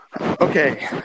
Okay